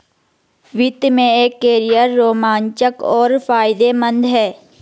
वित्त में एक कैरियर रोमांचक और फायदेमंद है